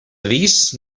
avís